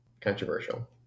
Controversial